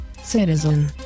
citizen